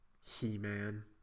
He-Man